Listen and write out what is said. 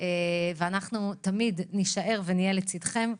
ואנחנו תמיד נישאר ונהיה לצדכם,